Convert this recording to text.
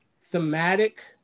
thematic